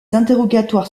interrogatoires